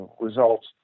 results